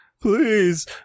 Please